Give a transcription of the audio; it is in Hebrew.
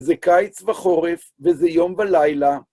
זה קיץ וחורף, וזה יום ולילה.